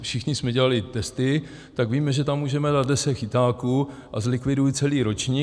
Všichni jsme dělali testy, tak víme, že tam můžeme dát deset chytáků, a zlikviduji celý ročník.